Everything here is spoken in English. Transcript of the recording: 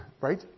Right